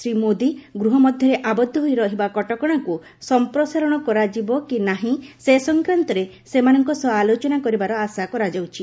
ଶ୍ରୀ ମୋଦି ଗୃହ ମଧ୍ୟରେ ଆବଦ୍ଧ ହୋଇ ରହିବା କଟକଣାକୁ ସମ୍ପ୍ରସାରଣ କରାଯିବ କି ନାହିଁ ସେ ସଂକ୍ରାନ୍ତରେ ସେମାନଙ୍କ ସହ ଆଲୋଚନା କରିବାର ଆଶା କରାଯାଉଛି